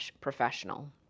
professional